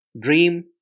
dream